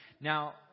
Now